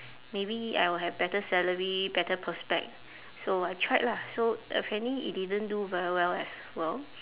maybe I will have better salary better prospect so I tried lah so apparently it didn't do very well as well